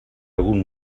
algun